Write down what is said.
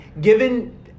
given